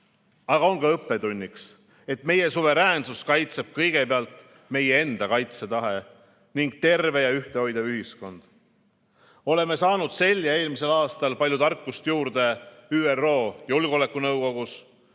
aga on ka õppetunniks, et meie suveräänsust kaitseb kõigepealt meie enda kaitsetahe ning terve ja ühtehoidev ühiskond. Oleme saanud sel ja eelmisel aastal palju tarkust juurde ÜRO Julgeolekunõukogus,